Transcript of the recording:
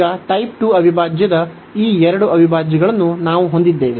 ಈಗ ಟೈಪ್ 2 ಅವಿಭಾಜ್ಯದ ಈ ಎರಡು ಅವಿಭಾಜ್ಯಗಳನ್ನು ನಾವು ಹೊಂದಿದ್ದೇವೆ